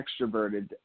extroverted